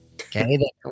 okay